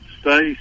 stay